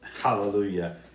Hallelujah